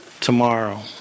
tomorrow